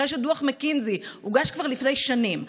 אחרי שדוח מקינזי הוגש כבר לפני שנים,